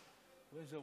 איפה הוא?